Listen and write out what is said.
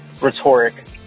rhetoric